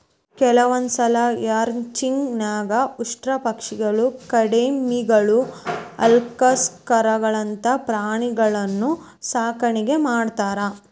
ಕೆಲವಂದ್ಸಲ ರ್ಯಾಂಚಿಂಗ್ ನ್ಯಾಗ ಉಷ್ಟ್ರಪಕ್ಷಿಗಳು, ಕಾಡೆಮ್ಮಿಗಳು, ಅಲ್ಕಾಸ್ಗಳಂತ ಪ್ರಾಣಿಗಳನ್ನೂ ಸಾಕಾಣಿಕೆ ಮಾಡ್ತಾರ